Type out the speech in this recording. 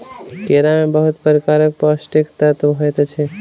केरा में बहुत प्रकारक पौष्टिक तत्व होइत अछि